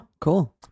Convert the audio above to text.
cool